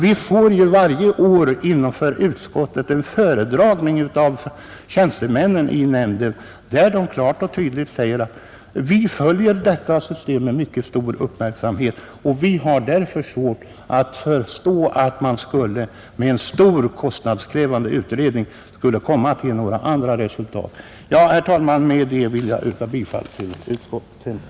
Vi får ju varje år inför utskottet en föredragning av tjänstemännen i nämnden, varvid de klart och tydligt säger att de följer detta system med mycket stor uppmärksamhet. Vi har därför svårt att förstå att man med en stor, kostnadskrävande utredning skulle komma till några andra resultat. Herr talman! Med detta vill jag yrka bifall till utskottets hemställan.